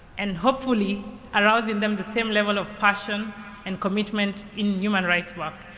and hopefully arouse in them the same level of passion and commitment in human rights work.